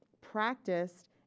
practiced